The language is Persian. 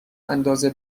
اندازه